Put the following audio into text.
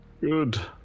Good